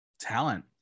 talent